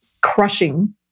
crushing